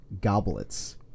goblets